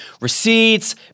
receipts